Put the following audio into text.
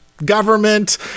government